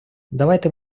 давайте